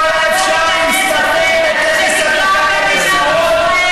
לא היה אפשר להסתפק בטקס הדלקת המשואות?